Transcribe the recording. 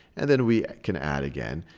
and then we can add again.